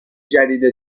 جدید